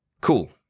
cool